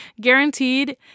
guaranteed